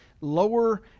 lower